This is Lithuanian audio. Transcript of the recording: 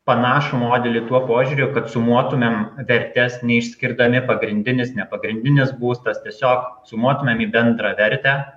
panašų modelį tuo požiūriu kad sumuotumėm vertes neišskirdami pagrindinis nepagrindinis būstas tiesiog sumuotumėm į bendrą vertę